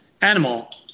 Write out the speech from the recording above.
animal